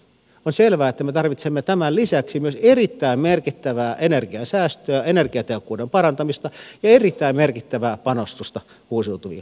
on selvää että me tarvitsemme tämän lisäksi myös erittäin merkittävää energiansäästöä energiatehokkuuden parantamista ja erittäin merkittävää panostusta uusiutuviin energialähteisiin